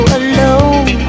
alone